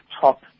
top